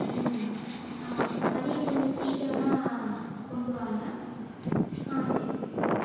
ம் ஆமாங்க மதியம் கொஞ்சம் சீக்கிரமாக கொண்ட்டு வாங்க ஆ சேரிங்க ஆ